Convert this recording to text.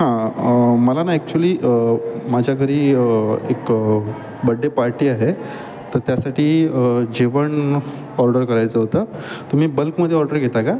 हां मला ना ॲक्च्युली माझ्या घरी एक बड्डे पार्टी आहे तर त्यासाठी जेवण ऑर्डर करायचं होतं तुम्ही बल्कमध्ये ऑर्डर घेता का